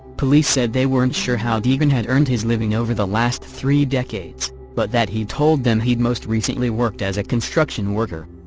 police said they weren't sure how degan had earned his living over the last three decades but that he'd told them he'd most recently worked as a construction worker.